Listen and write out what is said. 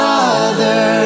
Father